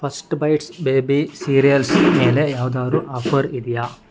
first bites baby cereals ಮೇಲೆ ಯಾವ್ದಾದ್ರು offer ಇದೆಯಾ